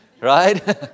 Right